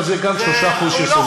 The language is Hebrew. אבל זה גם 3% שסובלים.